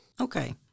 Okay